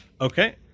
Okay